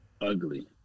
Ugly